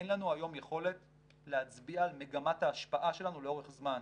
אין לנו היום יכולת להצביע על מגמת ההשפעה שלנו לאורך זמן.